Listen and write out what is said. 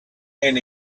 and